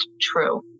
true